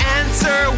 answer